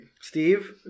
Steve